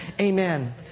Amen